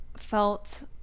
felt